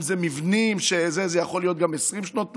אם אלו מבנים, זה יכול להיות גם 20 שנות מאסר.